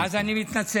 אז אני מתנצל.